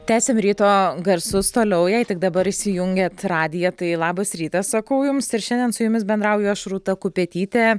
tęsiam ryto garsus toliau jei tik dabar įsijungiat radiją tai labas rytas sakau jums ir šiandien su jumis bendrauju aš rūta kupetytė